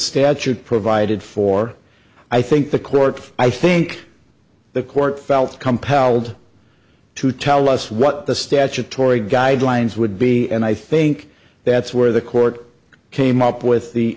statute provided for i think the court i think the court felt compelled to tell us what the statutory guidelines would be and i think that's where the court came up with the